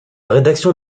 rédaction